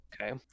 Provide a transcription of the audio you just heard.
Okay